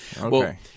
Okay